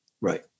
right